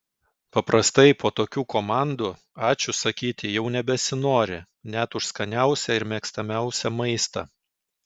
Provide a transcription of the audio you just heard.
paprastai po tokių komandų ačiū sakyti jau nebesinori net už skaniausią ir mėgstamiausią maistą